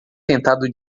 tentado